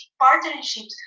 partnerships